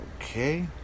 okay